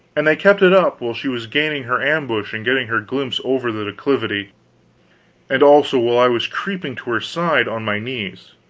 and they kept it up while she was gaining her ambush and getting her glimpse over the declivity and also while i was creeping to her side on my knees.